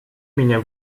меня